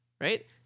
right